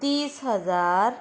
तीस हजार